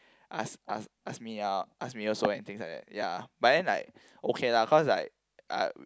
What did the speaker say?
ask ask ask me out ask me also and things like that ya but then like okay lah cause like uh